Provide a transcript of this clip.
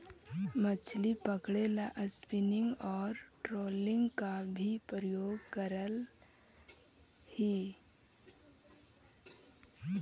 मछली पकड़े ला स्पिनिंग और ट्रोलिंग का भी प्रयोग करल हई